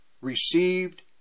received